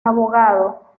abogado